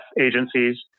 agencies